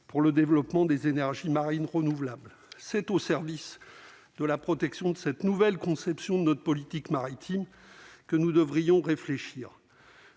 pour le développement des énergies marines renouvelables c'est au service de la protection de cette nouvelle conception de notre politique maritime que nous devrions réfléchir.